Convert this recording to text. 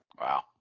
Wow